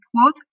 quote